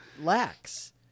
lacks